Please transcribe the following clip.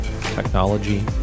technology